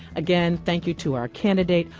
again, thank you to our candidate.